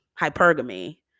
hypergamy